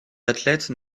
athlètes